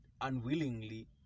unwillingly